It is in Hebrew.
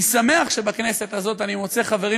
אני שמח שבכנסת הזאת אני מוצא חברים